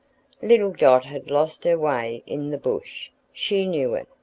little dot had lost her way in the bush. she knew it,